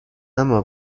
اما